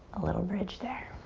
a little bridge there.